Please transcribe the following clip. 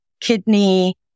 kidney